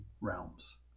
realms